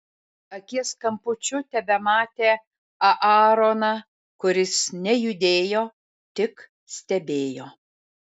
akies kampučiu tebematė aaroną kuris nejudėjo tik stebėjo